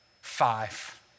Five